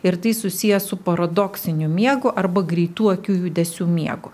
ir tai susiję su paradoksiniu miegu arba greitų akių judesių miegu